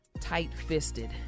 tight-fisted